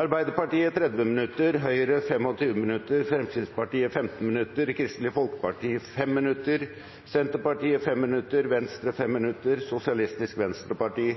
Arbeiderpartiet 30 minutter, Høyre 25 minutter, Fremskrittspartiet 15 minutter, Kristelig Folkeparti 5 minutter, Senterpartiet 5 minutter, Venstre 5 minutter, Sosialistisk Venstreparti